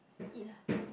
eat lah